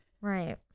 Right